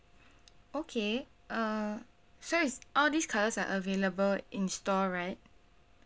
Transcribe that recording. okay uh so is all these colours are available in store right